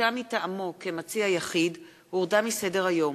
כי מספר השרים יעלה על מספר חברי האופוזיציה),